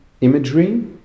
imagery